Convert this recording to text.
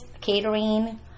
catering